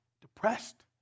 depressed